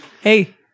Hey